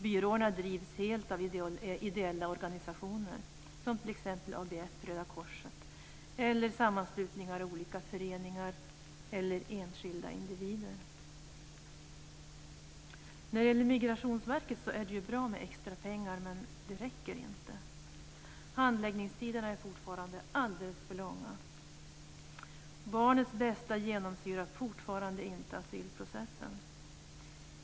Byråerna drivs helt av ideella organisationer, t.ex. ABF och Röda korset, eller av sammanslutningar, olika föreningar eller enskilda individer. Det är bra att Migrationsverket får extra pengar, men det räcker inte. Handläggningstiderna är fortfarande alldeles för långa. Barnets bästa genomsyrar fortfarande inte asylprocessen.